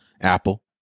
Apple